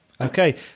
Okay